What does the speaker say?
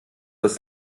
dass